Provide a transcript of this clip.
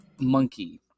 monkey